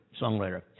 songwriter